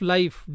Life